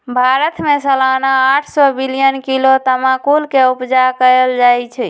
भारत में सलाना आठ सौ मिलियन किलो तमाकुल के उपजा कएल जाइ छै